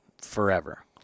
forever